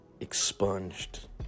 expunged